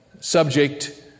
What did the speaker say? subject